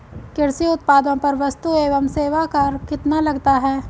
कृषि उत्पादों पर वस्तु एवं सेवा कर कितना लगता है?